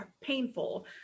painful